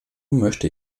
möchte